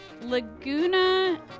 Laguna